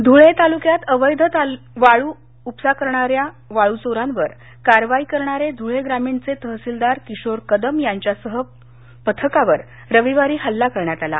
धूळे तालुक्यात अवेध वाळू उपसा करणाऱ्या वाळू चोरांवर कारवाई करणारे धूळे ग्रामीणचे तहसीलदार किशोर कदम यांच्यासह पथकावर रविवारी हल्ला करण्यात आला